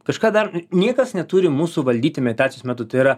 kažką dar niekas neturi mūsų valdyti meditacijos metu tai yra